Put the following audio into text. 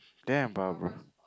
damn Barbra